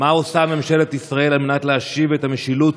מה עושה ממשלת ישראל על מנת להשיב את המשילות